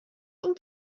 این